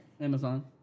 Amazon